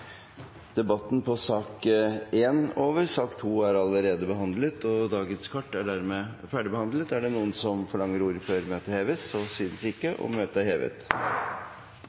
debatten i sak nr. 1 avsluttet. Sak nr. 2 er allerede behandlet, og dagens kart er dermed ferdigbehandlet. Forlanger noen ordet før møtet heves? – Møtet er hevet.